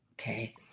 okay